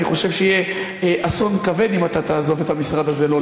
אני חושב שיהיה אסון כבד אם אתה תעזוב את המשרד הזה.